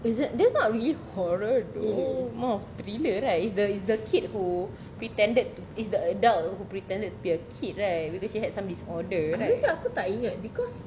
is it that's not really horror though more of thriller right it's the it's the kid who pretended to it's the adult who pretended to be a kid right because she had some disorder right